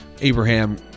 Abraham